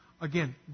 again